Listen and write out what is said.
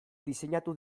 diseinatu